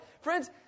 Friends